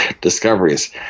discoveries